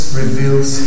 reveals